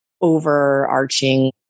overarching